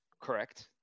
Correct